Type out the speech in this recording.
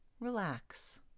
relax